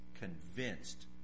Convinced